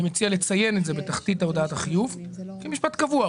אני מציע לציין את זה בתחתית הודעת החיוב כמשפט קבוע.